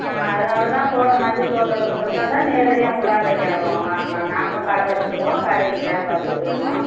அதனால் தான் தோட்டம் மஞ்சள் தோட்டம் இருக்கின்றத்தால தான் நேரடியாக உங்களாண்ட கேட்கறோம் வாங்கலாம்னு நாங்களும் கடை வச்சிருக்கோம் கடைக்கு வியாபாரத்துக்கு வேணும்